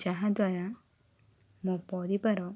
ଯାହାଦ୍ଵାରା ମୋ ପରିବାର